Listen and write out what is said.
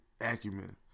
acumen